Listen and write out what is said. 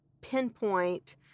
pinpoint